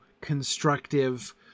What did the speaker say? constructive